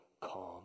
calm